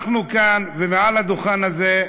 אנחנו כאן ומעל הדוכן הזה,